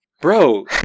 Bro